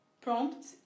prompt